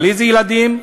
איזה ילדים?